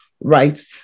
right